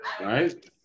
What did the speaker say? right